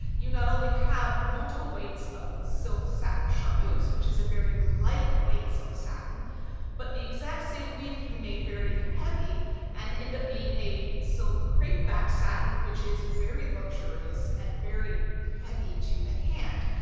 you not only have multiple weights of silk satin charmeuse which is a very lightweight silk satin but the exact same weave can be made very heavy and end up being a silk crepe back satin which is very luxurious and very heavy to the hand.